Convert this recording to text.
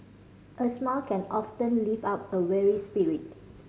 a smile can often lift up a weary spirit